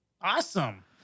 Awesome